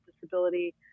disability